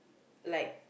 like